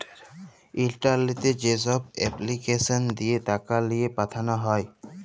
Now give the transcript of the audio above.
ইলটারলেটে যেছব এপলিকেসল দিঁয়ে টাকা লিঁয়ে পাঠাল হ্যয়